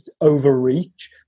overreach